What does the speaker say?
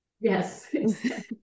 Yes